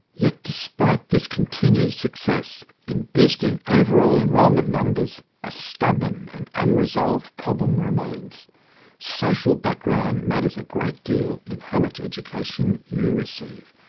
yet despite this continued success in boosting overall enrolment numbers, a stubborn and unresolved problem remains social background matters a great deal in how much education you receive.